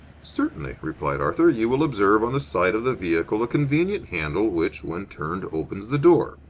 certainly, replied arthur. you will observe on the side of the vehicle a convenient handle which, when turned, opens the door.